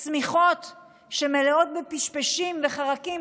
שמיכות מלאות בפשפשים וחרקים,